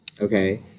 okay